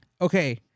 Okay